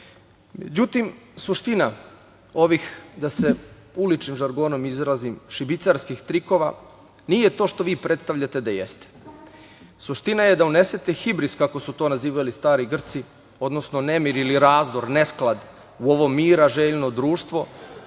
zidu.Međutim, suština ovih, da se uličnim žargonom izrazim, šibicarskih trikova nije to što vi predstavljate da jeste. Suština je da unesete hibris, kako su to nazivali stari Grci, odnosno nemir ili razdor, nesklad u ovo mira željno društvo